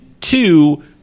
two